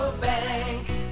Bank